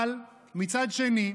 אבל מצד שני,